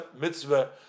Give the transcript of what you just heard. mitzvah